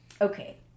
okay